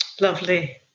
Lovely